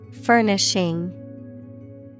Furnishing